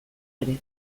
ere